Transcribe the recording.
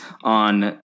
on